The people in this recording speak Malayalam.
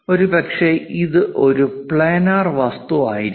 ഒരുപക്ഷേ ഇത് ഒരു പ്ലാനർ വസ്തുവായിരിക്കണം